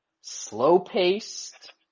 slow-paced